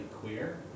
queer